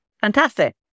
Fantastic